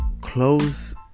close